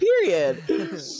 Period